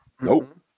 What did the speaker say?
Nope